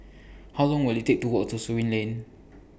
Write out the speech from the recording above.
How Long Will IT Take to Walk to Surin Lane